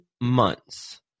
months